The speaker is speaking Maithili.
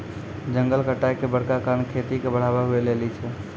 जंगल कटाय के बड़का कारण खेती के बढ़ाबै हुवै लेली छै